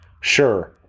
Sure